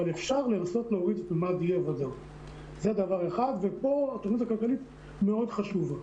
אבל אפשר לנסות להוריד --- פה התכנית הכלכלית מאוד חשובה.